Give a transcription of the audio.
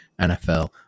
NFL